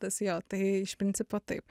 tas jo tai iš principo taip